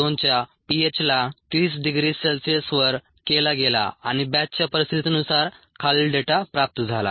2 च्या पीएचला 30 डिग्री सेल्सिअसवर केला गेला आणि बॅचच्या परिस्थितीनुसार खालील डेटा प्राप्त झाला